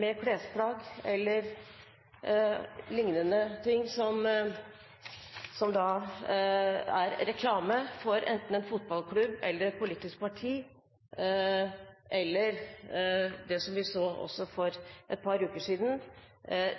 med klesplagg e.l. som reklamerer for enten en fotballklubb eller et politisk parti, eller – slik som vi så også for et par uker siden –